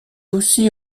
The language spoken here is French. aussi